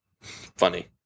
Funny